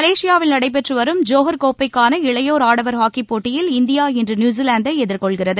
மலேசியாவில் நடைபெற்று வரும் ஜோஹர் கோப்பைக்கான இளையோர் ஹாக்கிப்போட்டியில் இந்தியா இன்று நியூசிலாந்தை எதிர்கொள்கிறது